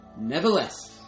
Nevertheless